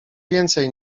więcej